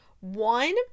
One